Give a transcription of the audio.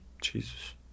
Jesus